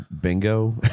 bingo